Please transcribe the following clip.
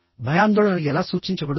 భయాందోళన ఎలా సూచించబడుతుంది